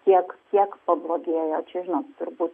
tiek kiek pablogėjo čia žinot turbūt